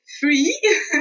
free